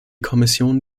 kommission